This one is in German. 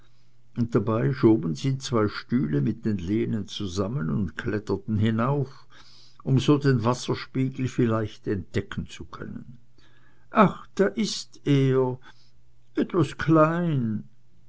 und dabei schoben sie zwei stühle mit den lehnen zusammen und kletterten hinauf um so den wasserspiegel vielleicht entdecken zu können ach da ist er etwas klein